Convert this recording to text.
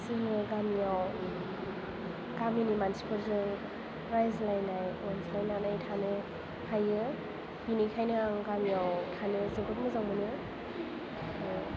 जोङो गामियाव गामिनि मानसिफोरजों रायज्लायनाय अनज्लायनानै थानो हायो बेनिखायनो आं गामियाव थानो जोबोद मोजां मोनो